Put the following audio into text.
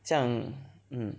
这样